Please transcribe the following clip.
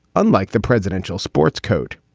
unlike the presidential sports coat,